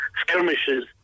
skirmishes